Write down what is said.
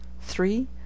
three